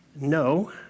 no